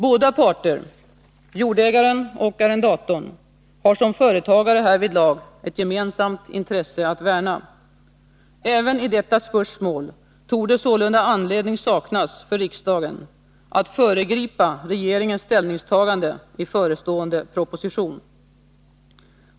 Båda parter — jordägaren och arrendatorn — har som företagare härvidlag ett gemensamt intresse att värna. Även i detta spörsmål torde sålunda anledning saknas för riksdagen att föregripa regeringens ställningstagande i förestående proposition.